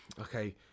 okay